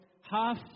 half